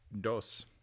Dos